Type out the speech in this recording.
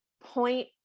point